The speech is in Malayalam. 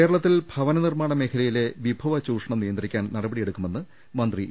കേരളത്തിൽ ഭവനനിർമാണ മേഖലയിലെ വിഭവ ചൂഷണം നി യന്ത്രിക്കാൻ നടപടികളെടുക്കുമെന്ന് മന്ത്രി ഇ